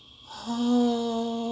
!huh!